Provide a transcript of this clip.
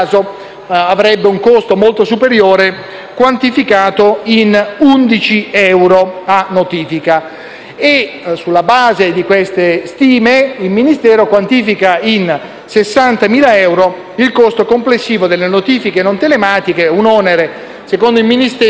avrebbe un costo molto superiore quantificato in 11 euro a notifica. Sulla base di queste stime, il Ministero quantifica in 60.000 euro il costo complessivo delle notifiche non telematiche, un onere, secondo il Ministero,